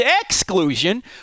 exclusion